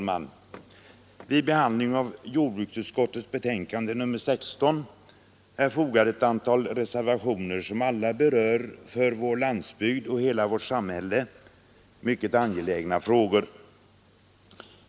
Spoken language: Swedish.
Herr talman! Till jordbruksutskottets betänkande nr 16 har fogats ett antal reservationer som alla berör för vår landsbygd och hela samhället mycket angelägna frågor.